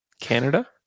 Canada